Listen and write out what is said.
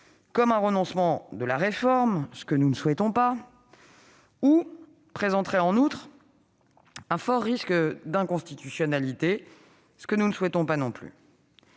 comme un renoncement à la réforme, ce que nous ne souhaitons pas, et présenterait en outre un fort risque d'inconstitutionnalité, ce que nous ne souhaitons pas davantage.